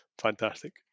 fantastic